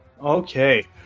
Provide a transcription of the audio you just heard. Okay